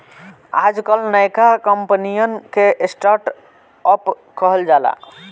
आजकल नयका कंपनिअन के स्टर्ट अप कहल जाला